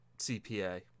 CPA